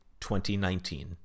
2019